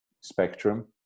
spectrum